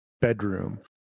bedroom